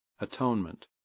atonement